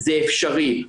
זה אפשרי.